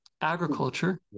agriculture